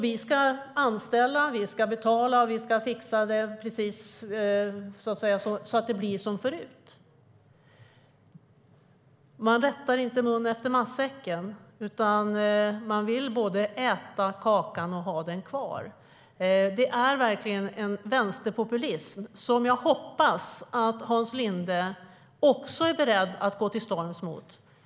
De ska anställa, betala och fixa så att det blir som förut. Man rättar inte munnen efter matsäcken. Man vill både äta kakan och ha den kvar. Det är verkligen en vänsterpopulism som jag hoppas att Hans Linde också är beredd att gå till storms mot.